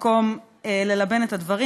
מקום ללבן את הדברים.